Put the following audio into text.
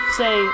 say